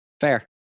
fair